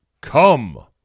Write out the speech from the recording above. come